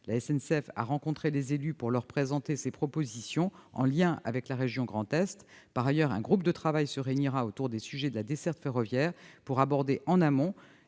La SNCF a rencontré les élus pour leur présenter ces propositions, en lien avec la région Grand Est. Par ailleurs, un groupe de travail se réunira autour des sujets de desserte ferroviaire pour aborder en amont